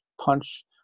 punch